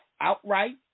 outright